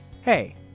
Hey